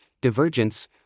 divergence